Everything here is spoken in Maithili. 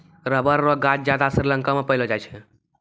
रबर रो गांछ ज्यादा श्रीलंका मे पैलो जाय छै